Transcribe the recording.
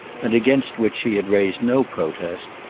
and against which she had raised no protest,